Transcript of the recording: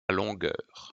longueur